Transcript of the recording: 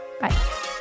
bye